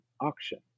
auction